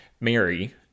Mary